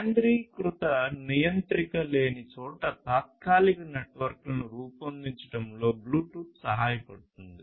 కేంద్రీకృత నియంత్రిక లేని చోట తాత్కాలిక నెట్వర్క్లను రూపొందించడంలో బ్లూటూత్ సహాయపడుతుంది